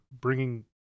bringing